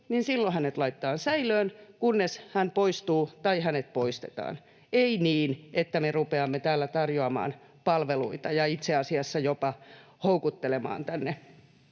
silloin hänet laitetaan säilöön, kunnes hän poistuu tai hänet poistetaan — ei niin, että me rupeamme täällä tarjoamaan palveluita ja itse asiassa jopa houkuttelemaan tänne